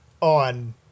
on